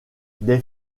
des